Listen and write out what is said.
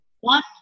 One